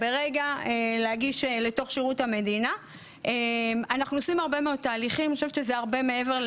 הגמישות שלך הרבה יותר רחבה.